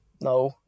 No